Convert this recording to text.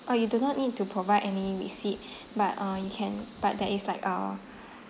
uh you do not need to provide any receipt but uh you can but there is like a